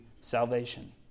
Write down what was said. salvation